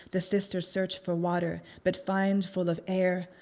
the sisters search for water but find full of air,